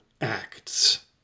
acts